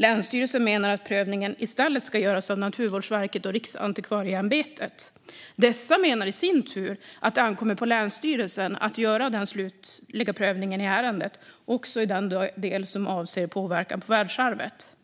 Länsstyrelsen menar att prövningen i stället ska göras av Naturvårdsverket och Riksantikvarieämbetet. Dessa menar i sin tur att det ankommer på länsstyrelsen att göra den slutliga prövningen i ärendet, också i den del som avser påverkan på världsarvet.